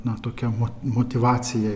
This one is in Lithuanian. nutuokiama motyvacija